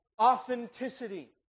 Authenticity